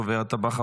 הדוברת הבאה,